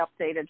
updated